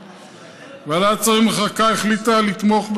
ועדת שרים לחקיקה החליטה לתמוך,